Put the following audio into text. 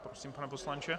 Prosím, pane poslanče.